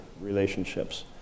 relationships